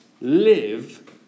live